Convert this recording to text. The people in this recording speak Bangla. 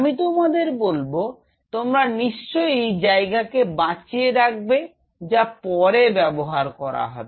আমি তোমাদের বলব তোমরা নিশ্চয়ই জায়গাকে বাঁচিয়ে রাখবে যা পরে ব্যবহার করা যাবে